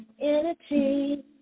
energy